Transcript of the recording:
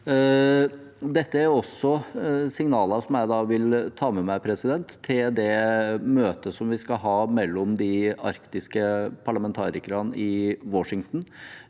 Dette er også signaler jeg vil ta med meg til møtet vi skal ha mellom de arktiske parlamentarikerne i Washington